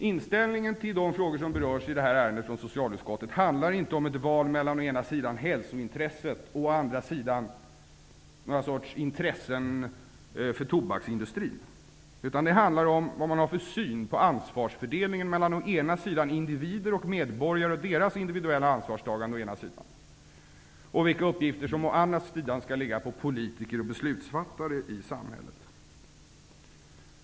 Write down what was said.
Inställningen till de frågor som berörs i det här ärendet från socialutskottet handlar inte om ett val mellan å ena sidan hälsointresset och å andra sidan någon sorts intresse för tobaksindustrin, utan det handlar om vad man har för syn på ansvarsfördelningen mellan å ena sidan individer och medborgare och å andra sidan politiker och beslutsfattare i samhället.